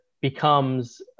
becomes